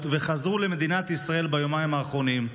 וחזרו למדינת ישראל ביומיים האחרונים.